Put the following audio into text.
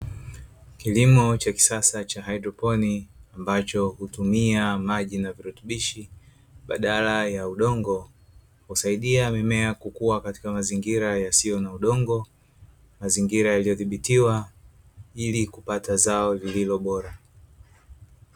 Kilimo cha kisasa cha haidroponi; ambacho hutumia maji na virutubishi badala ya udongo, husaidia mimea kukua katika mazingira yasiyo na udongo, mazingira yaliyodhibitiwa ili kupata zao lililo bora.